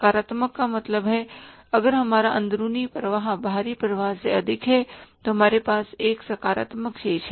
सकारात्मक का मतलब है अगर हमारा अंदरुनी प्रवाह बाहरी प्रवाह से अधिक है तो हमारे पास एक सकारात्मक शेष है